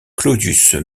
claudius